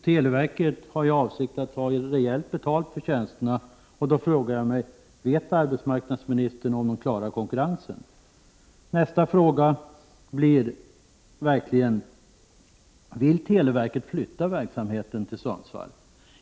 Televerket har för avsikt att ta rejält betalt för tjänsterna. Då frågar jag mig: Vet arbetsmarknadsministern om man klarar konkurrensen? Nästa fråga blir denna: Vill televerket flytta verksamheten till Sundsvall?